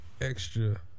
Extra